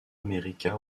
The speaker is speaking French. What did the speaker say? américa